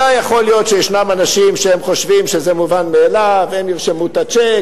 יכול להיות שישנם אנשים שחושבים שזה מובן מאליו: הם ירשמו את הצ'ק,